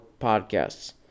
podcasts